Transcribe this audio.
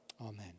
Amen